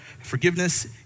Forgiveness